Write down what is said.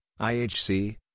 IHC